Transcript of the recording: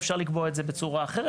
ואפשר לקבוע את זה בצורה אחרת.